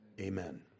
amen